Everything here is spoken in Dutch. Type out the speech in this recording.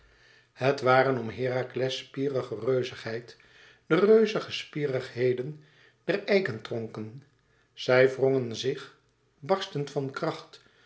het waren om herakles spierige reuzigheid de reuzige spierigheden der eikentronken zij wrongen zich barstend van kracht